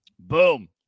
Boom